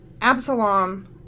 Absalom